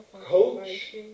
coach